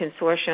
Consortium